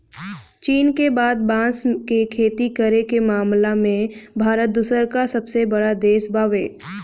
चीन के बाद बांस के खेती करे के मामला में भारत दूसरका सबसे बड़ देश बावे